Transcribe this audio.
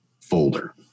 folder